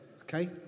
okay